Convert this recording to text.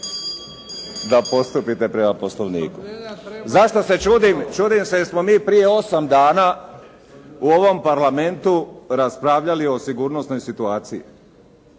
Vladimir (HDSSB)** Zašto se čudim? Čudim se jer smo mi prije osam dana u ovom Parlamentu raspravljali o sigurnosnoj situaciji.